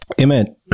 Amen